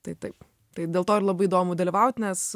tai taip tai dėl to ir labai įdomu dalyvaut nes